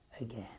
again